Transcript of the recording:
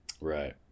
right